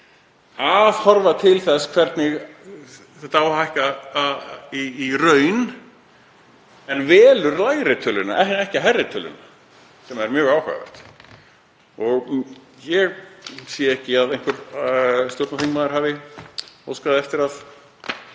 að horfa til þess hvernig þetta á að hækka í raun en velur lægri töluna, ekki hærri töluna, sem er mjög áhugavert. — Ég sé ekki að einhver stjórnarþingmaður hafi óskað eftir að